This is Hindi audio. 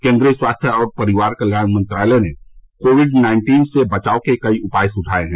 केन्द्रीय स्वास्थ्य और परिवार कल्याण मंत्रालय ने कोविड नाइन्टीन से बचाव के कई उपाए सुझाए हैं